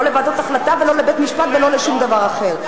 לא לוועדות החלטה ולא לבית-משפט ולא לשום דבר אחר.